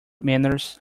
manners